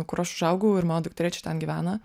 kur aš užaugau ir mano dukterėčia ten gyvena